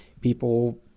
people